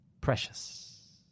Precious